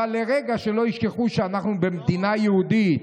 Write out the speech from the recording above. אבל לרגע שלא ישכחו שאנחנו במדינה יהודית,